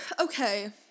okay